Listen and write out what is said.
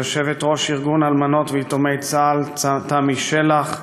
יושבת-ראש ארגון אלמנות ויתומי צה"ל תמי שלח,